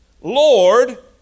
Lord